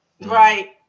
Right